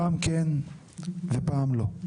פעם כן ופעם לא.